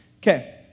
Okay